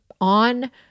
on